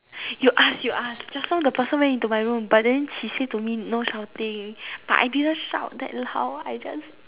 you ask you ask just now the person went into my room but then he said to me no shouting but I didn't shout that loud I just